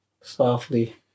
softly